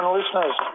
listeners